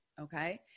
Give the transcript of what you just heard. okay